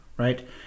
Right